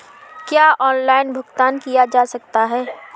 क्या ऑनलाइन भुगतान किया जा सकता है?